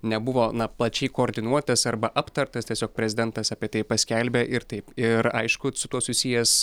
nebuvo na plačiai koordinuotas arba aptartas tiesiog prezidentas apie tai paskelbė ir taip ir aišku su tuo susijęs